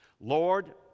Lord